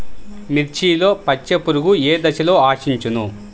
మిర్చిలో పచ్చ పురుగు ఏ దశలో ఆశించును?